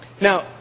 Now